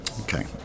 Okay